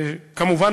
וכמובן,